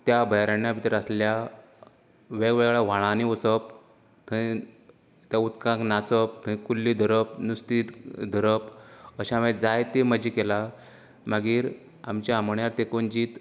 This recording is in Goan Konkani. त्या अभ्यारण्या भितर आशिल्ल्या वेगवेगळ्या व्हाळांनीं वचप थंय त्या उदकांत नाचप आनी कुल्लीं धरप नुस्तीं धरप अशें हांवे जायती मज्जा केल्या मागीर आमच्या आमोण्याक तेंकून जी